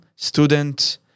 student